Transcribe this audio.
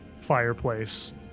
fireplace